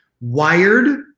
wired